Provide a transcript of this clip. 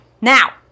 Now